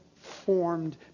formed